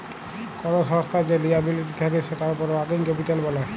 call সংস্থার যে liability থাক্যে সেটার উপর ওয়ার্কিং ক্যাপিটাল ব্যলে